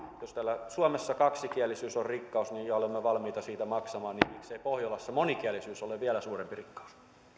jos täällä suomessa kaksikielisyys on rikkaus ja olemme valmiita siitä maksamaan niin miksei pohjolassa monikielisyys ole vielä suurempi rikkaus